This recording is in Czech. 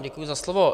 Děkuji za slovo.